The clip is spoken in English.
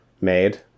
made